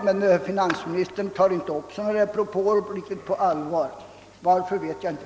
Men finansministern tar inte upp sådana propåer på allvar, varför vet jag inte.